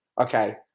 okay